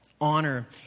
honor